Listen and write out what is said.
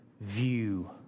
view